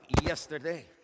yesterday